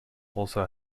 also